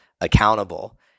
accountable